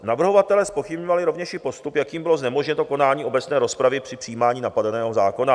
Navrhovatelé zpochybňovali rovněž i postup, jakým bylo znemožněno konání obecné rozpravy při příjímání napadeného zákona.